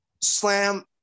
slam